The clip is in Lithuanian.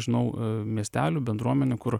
žinau miestelių bendruomenių kur